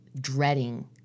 dreading